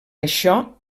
això